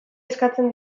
eskatzen